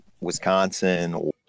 Wisconsin